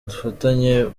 dufatanye